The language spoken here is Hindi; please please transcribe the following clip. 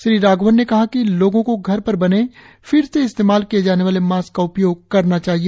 श्री राघवन ने कहा कि लोगो को घर पर बने फिर से इस्तेमाल किए जाने वाले मास्क का उपयोग करना चाहिए